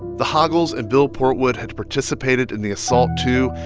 the hoggles and bill portwood had participated in the assault, too.